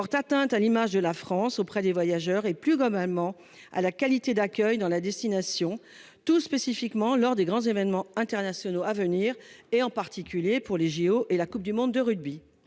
porte atteinte à l'image de la France auprès des voyageurs et plus grand maman à la qualité d'accueil dans la destination tout spécifiquement lors des grands événements internationaux à venir et en particulier pour les JO et la Coupe du monde de rugby.